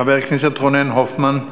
חבר הכנסת רונן הופמן.